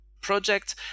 project